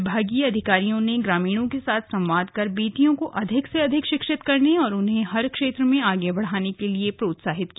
विभागीय अधिकारियों ने ग्रामीणों के साथ संवाद कर बेटियों को अधिक से अधिक शिक्षित करने और उन्हें हर क्षेत्र में आगे बढ़ाने के लिए प्रोत्साहित किया